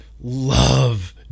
love